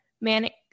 manic